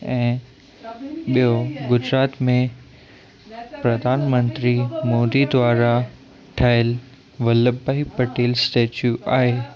ऐं ॿियो गुजरात में प्रधान मंत्री मोदी द्वारा ठहियल वल्लभ भाई पटेल स्टेच्यू आहे